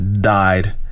died